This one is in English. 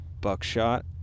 buckshot